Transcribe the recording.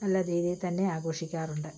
നല്ല രീതിയിൽ തന്നെ ആഘോഷിക്കാറുണ്ട്